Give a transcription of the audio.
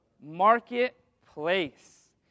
Marketplace